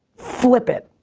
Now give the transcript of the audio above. flip it.